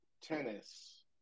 tennis